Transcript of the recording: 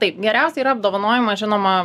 taip geriausia yra apdovanojimą žinoma